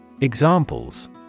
Examples